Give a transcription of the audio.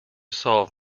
solve